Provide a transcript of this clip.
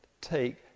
take